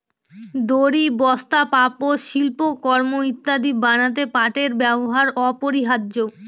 দড়ি, বস্তা, পাপোষ, শিল্পকর্ম ইত্যাদি বানাতে পাটের ব্যবহার অপরিহার্য